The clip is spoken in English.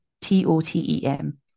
T-O-T-E-M